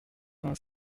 vingt